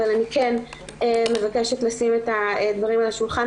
אבל אני כן אני מבקשת לשים את דברים על השולחן.